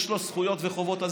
יש לו זכויות וחובות,